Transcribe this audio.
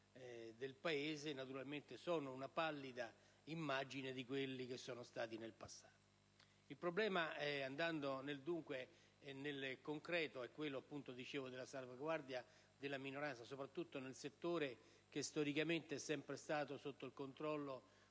del Paese, naturalmente sono una pallida immagine di quelli accaduti in passato. Il problema, andando nel concreto, è quello della salvaguardia della minoranza serba, soprattutto nel settore che storicamente è sempre stato sotto il controllo